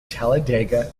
talladega